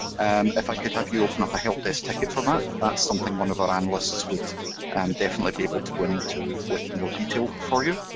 and if i could have you open up a helpdesk ticket for that, that's something one of our analysts would and definitely be able to go into with more detail for you.